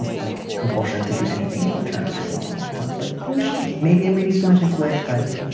and like, compulsion to do anything in return for you. and that sounds like a shame maybe i'm reading too much into it, but